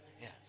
Yes